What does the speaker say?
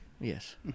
Yes